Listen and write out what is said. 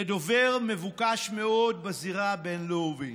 לדובר מבוקש מאוד בזירה הבין-לאומית.